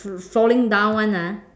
falling down [one] ah